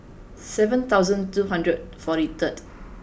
seven thousand two hundred forty third